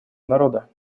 народа